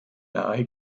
nahe